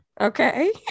Okay